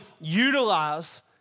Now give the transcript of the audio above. utilize